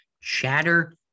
Chatter